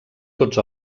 tots